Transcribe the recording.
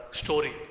story